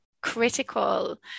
critical